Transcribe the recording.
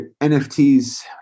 nfts